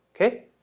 Okay